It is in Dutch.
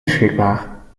beschikbaar